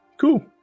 Cool